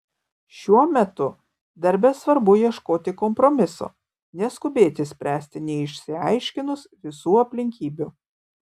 šiuo metu darbe svarbu ieškoti kompromiso neskubėti spręsti neišsiaiškinus visų aplinkybių